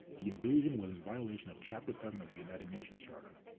the invasion was in violation of chapter seven united nations charter.